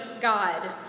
God